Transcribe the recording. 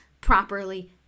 properly